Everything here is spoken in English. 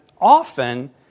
often